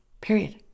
period